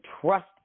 trust